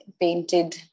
painted